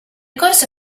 corso